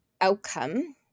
outcome